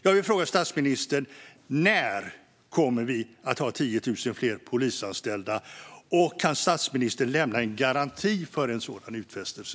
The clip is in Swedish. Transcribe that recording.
Jag vill fråga statsministern: När kommer vi att ha 10 000 fler polisanställda? Kan statsministern lämna en garanti för en sådan utfästelse?